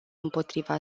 împotriva